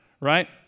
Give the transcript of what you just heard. right